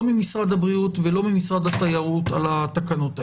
לא ממשרד הבריאות ולא ממשרד התיירות על התקנות האלה,